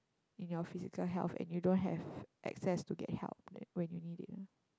in your physical health and you don't have access to get help when you need it